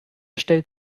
stellt